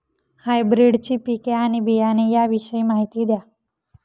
हायब्रिडची पिके आणि बियाणे याविषयी माहिती द्या